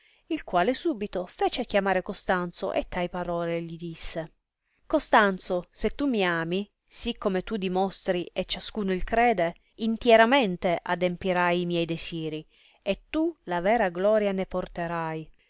il quale subito fece chiamare costanzo e tai parole li disse costanzo se tu mi ami sì come tu dimostri e ciascuno il crede intieramente adempirai i miei desiri e tu la vera gloria ne porterai